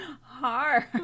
hard